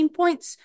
points